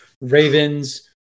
Ravens